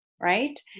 right